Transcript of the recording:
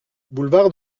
boulevard